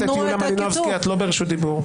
חברת הכנסת יוליה מלינובסקי, את לא ברשות דיבור.